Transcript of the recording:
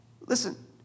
listen